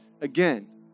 again